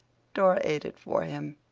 dora ate it for him.